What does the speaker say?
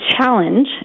challenge